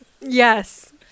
Yes